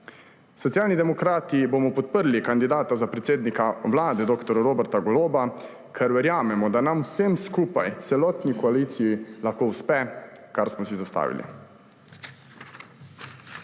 Socialni demokrati bomo podprli kandidata za predsednika Vlade dr. Roberta Goloba, ker verjamemo, da nam vsem skupaj, celotni koaliciji lahko uspe, kar smo si zastavili.